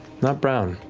not brown,